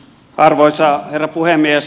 arvoisa herra puhemies